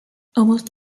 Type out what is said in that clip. almost